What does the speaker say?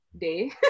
day